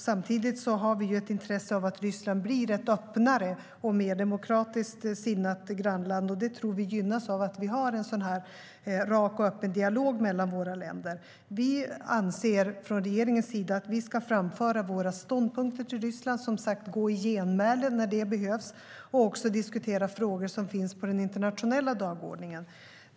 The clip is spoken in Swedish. Samtidigt har vi ett intresse av att Ryssland blir ett öppnare och mer demokratiskt sinnat grannland. Det tror vi gynnas av att vi har en sådan här rak och öppen dialog mellan våra länder. Från regeringens sida anser vi att vi ska framföra våra ståndpunkter till Ryssland, gå i genmäle när det behövs och också diskutera frågor som finns på den internationella dagordningen.